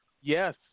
Yes